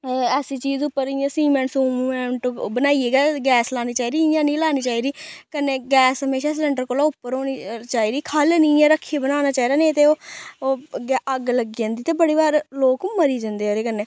ऐसी चीज उप्पर इ'यां सिमैंट सूमैंट बनाइयै गै गैस लानी चाहिदी इ'यां निं लानी चाहिदी कन्नै गैस हमेशा सलैंडर कोला उप्पर होनी चाहिदी खल्ल निं एह् रक्खियै बनाना चाहिदा नेईं ते ओह् ओह् अग्ग लग्गी जंदी त बड़ी बार लोक मरी जंदे एह्दे कन्नै